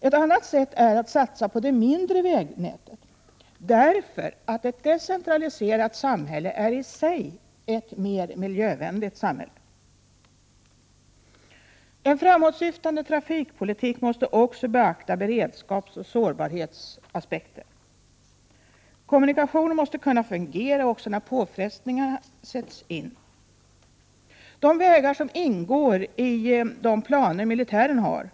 Ett annat sätt är att satsa på det mindre vägnätet, därför att ett decentraliserat samhälle i sig är ett mer miljövänligt samhälle. En framåtsyftande trafikpolitik måste också beakta beredskapsoch sårbarhetsaspekter. Kommunikationerna måste kunna fungera också när påfrestningarna blir större. De vägar som ingår i de planer som militären har Prot.